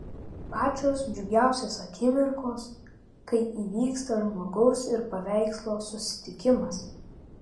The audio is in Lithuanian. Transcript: pačios džiugiausios akimirkos kai įvyksta žmogaus ir paveikslo susitikimas